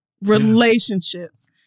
relationships